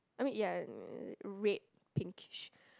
I mean yeah uh red pinkish